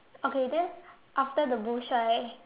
okay then after the bush right